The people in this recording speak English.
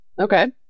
Okay